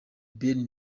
ben